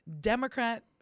democrat